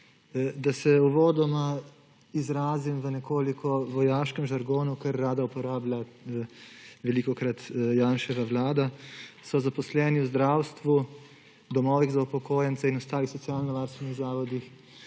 Da se uvodoma izrazim v nekoliko vojaškem žargonu, kar rada uporablja velikokrat Janševa vlada: so zaposleni v zdravstvu, domovih za upokojence in ostalih socialnovarstvenih zavodih